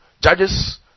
Judges